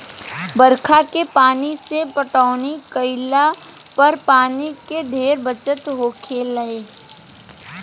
बरखा के पानी से पटौनी केइला पर पानी के ढेरे बचत होखेला